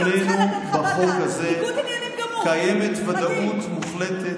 מדהים --- בהסדר המוצע לפנינו בחוק הזה קיימת ודאות מוחלטת